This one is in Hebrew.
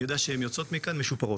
אני יודע שהן יוצאות מכאן משופרות.